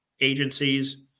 agencies